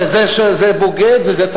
שזה בוגד ואת זה,